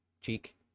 cheek